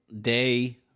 day